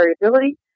variability